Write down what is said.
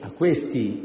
A questi